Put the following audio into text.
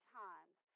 times